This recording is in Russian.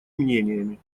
мнениями